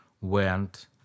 went